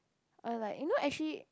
or like you know actually